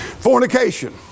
Fornication